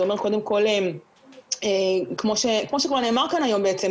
זה אומר קודם כל כמו שכבר נאמר כאן היום בעצם,